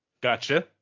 Gotcha